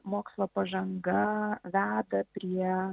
mokslo pažanga veda prie